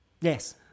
Yes